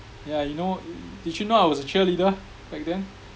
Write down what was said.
yeah you know did you know I was a cheerleader back then